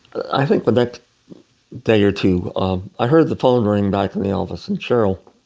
i think the next day or two um i heard the phone ring back in the office and cheryl